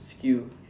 skill